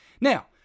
Now